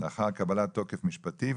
לאחר קבלת תוקף משפטי.